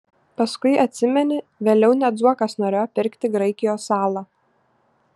paskui atsimeni vėliau net zuokas norėjo pirkti graikijos salą